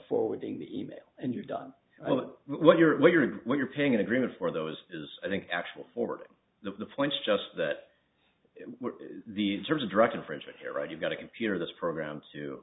forwarding the e mail and you've done what you're wearing what you're paying an agreement for those is i think actual forwarding the points just that these terms of direct infringement here right you've got a computer this program to